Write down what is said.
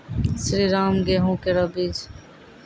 श्रीराम गेहूँ केरो बीज?